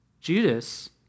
Judas